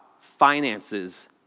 finances